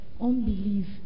unbelief